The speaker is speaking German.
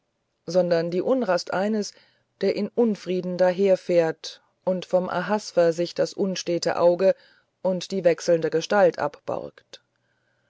sondern die unrast eines der in unfrieden daherfährt und vom ahasver sich das unstete auge und die wechselnde gestalt